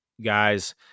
guys